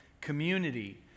community